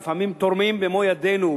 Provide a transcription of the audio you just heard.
לפעמים תורמים במו ידינו,